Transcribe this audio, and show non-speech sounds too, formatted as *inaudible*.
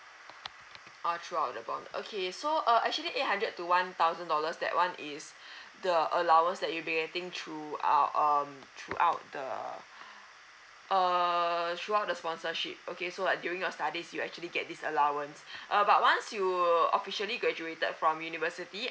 oh throughout the bond okay so uh actually eight hundred to one thousand dollars that one is *breath* the allowance that you'll be getting through uh um throughout the *breath* err throughout the sponsorship okay so like during your studies you actually get this allowance *breath* uh but once you officially graduated from university